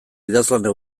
idazlana